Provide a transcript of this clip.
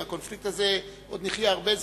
עם הקונפליקט הזה עוד נחיה הרבה זמן.